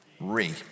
RE